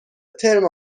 ترم